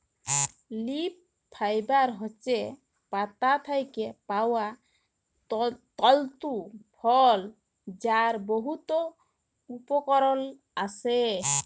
leaf fibre হছে পাতা থ্যাকে পাউয়া তলতু ফল যার বহুত উপকরল আসে